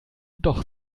doch